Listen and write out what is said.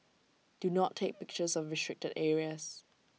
do not take pictures of restricted areas